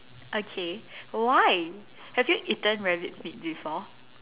okay why have you eaten rabbit meat before